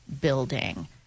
building